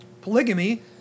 Polygamy